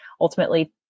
ultimately